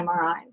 MRIs